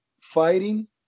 fighting